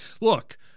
Look